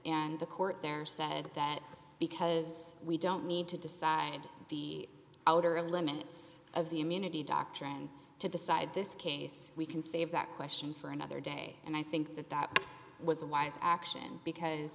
and the court there said that because we don't need to decide the outer limits of the immunity doctrine to decide this case we can save that question for another day and i think that that was a wise action because